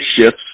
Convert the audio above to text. shifts